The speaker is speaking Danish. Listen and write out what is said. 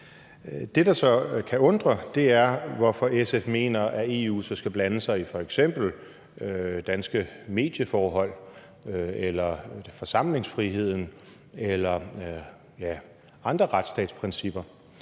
Det, der så kan undre, er, hvorfor SF mener, at EU så skal blande sig i f.eks. danske medieforhold eller forsamlingsfriheden eller andre retsstatsprincipper.